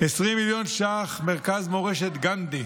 20 מיליון ש"ח, מרכז מורשת גנדי,